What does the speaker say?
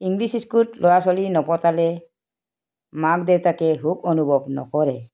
English স্কুলত ল'ৰা ছোৱালী নপঠিয়ালে মাক দেউতাকে সুখ অনুভৱ নকৰে